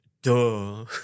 Duh